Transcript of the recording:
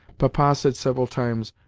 papa said several times,